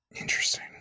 Interesting